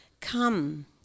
come